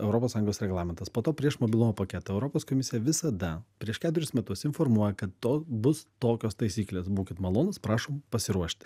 europos sąjungos reglamentas po to prieš mobilumo paketą europos komisija visada prieš keturis metus informuoja kad to bus tokios taisyklės būkit malonūs prašom pasiruošti